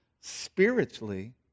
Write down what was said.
Spiritually